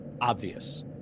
obvious